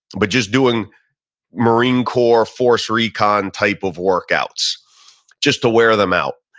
but just doing marine corps force recon type of workouts just to wear them out.